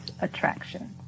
attraction